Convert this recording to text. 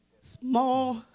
Small